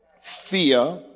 Fear